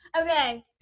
Okay